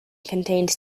contained